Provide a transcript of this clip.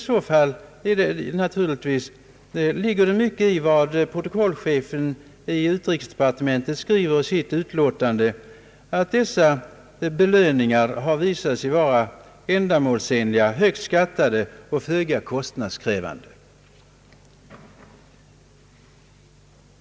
Det ligger åtskilligt i vad protokollchefen i utrikesdepartementet skriver i sin promemoria, att dessa belöningar har visat sig vara ändamålsenliga, uppskattade och föga kostnadskrävande.